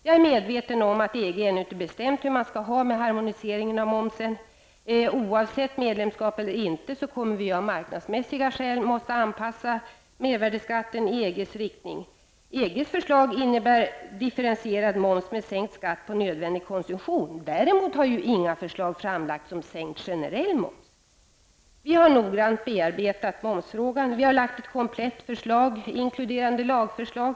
Jag är väl medveten om att EG ännu inte bestämt hur man skall ha det med harmoniseringen av momsen. Oavsett medlemskap eller inte kommer dock Sverige att bli tvunget att av marknadsskäl anpassa mervärdeskatten i EGs riktning. EGs förslag innebär differentierad moms med sänkt skatt på nödvändig konsumtion. Däremot har inga förslag framlagts om sänkt generell moms. Centern har noggrant bearbetat matmomsfrågan. Vi har lagt fram ett komplett förlag, inkluderande lagförslag.